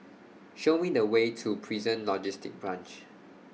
Show Me The Way to Prison Logistic Branch